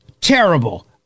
terrible